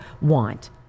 want